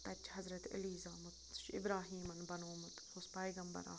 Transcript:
تَتہِ چھِ حضرت علی زامُت سُہ چھُ اِبراہیٖمَن بَنومُت سُہ اوس پیغمبر اَکھ